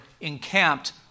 encamped